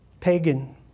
pagan